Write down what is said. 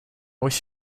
wish